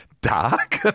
dark